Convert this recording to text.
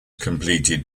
completed